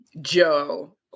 joe